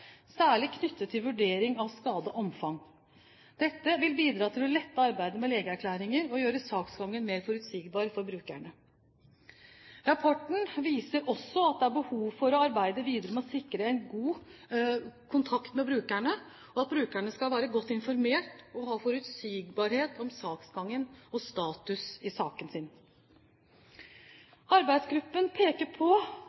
særlig knyttet til vurdering av skadeomfang. Dette vil bidra til å lette arbeidet med legeerklæringer og gjøre saksgangen mer forutsigbar for brukerne. Rapporten viser også at det er behov for å arbeide videre med å sikre en god kontakt med brukerne, og at brukerne skal være godt informert og ha forutsigbarhet om saksgangen og status i saken